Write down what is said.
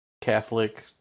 Catholic